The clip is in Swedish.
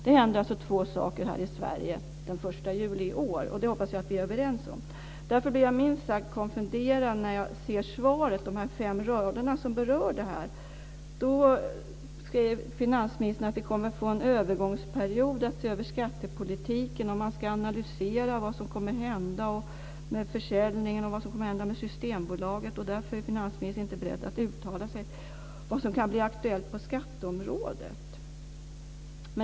Det händer alltså två saker här i Sverige den 1 juli i år, och det hoppas jag att vi är överens om. Därför blir jag minst sagt konfunderad när jag ser svaret - de fem rader som berör detta. Finansministern skriver att vi kommer att få en övergångsperiod, att man ska se över skattepolitiken och att man ska analysera vad som kommer att hända med försäljningen och med Systembolaget. Därför är han inte beredd att uttala sig om vad som kan bli aktuellt på skatteområdet.